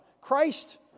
Christ